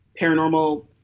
paranormal